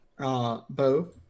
Bo